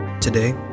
Today